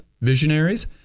visionaries